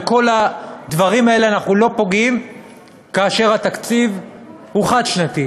בכל הדברים האלה אנחנו לא פוגעים כאשר התקציב הוא חד-שנתי.